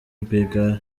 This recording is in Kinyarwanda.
rwigara